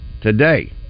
today